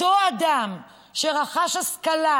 אותו אדם שרכש השכלה